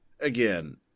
again